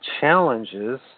challenges